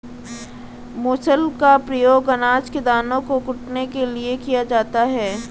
मूसल का प्रयोग अनाज के दानों को कूटने के लिए किया जाता है